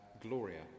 Gloria